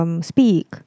Speak